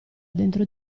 dentro